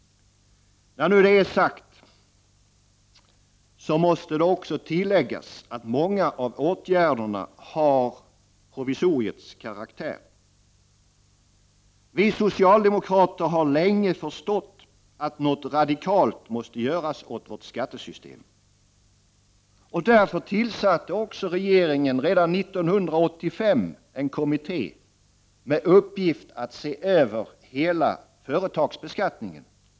När detta är sagt, måste det också tilläggas att många av åtgärderna har provisoriets karaktär. Vi socialdemokrater har länge förstått att något radikalt måste göras åt vårt skattesystem. Därför tillsatte regeringen redan 1985 en kommitté med uppgift att se över hela företagsbeskattningen.